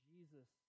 Jesus